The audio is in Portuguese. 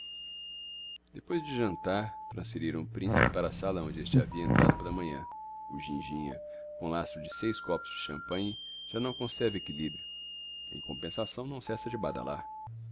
depois de jantar transferiram o principe para a sala onde este havia entrado pela manhã o ginjinha com lastro de seis copos de champanhe já não conserva equilibrio em compensação não cessa de badalar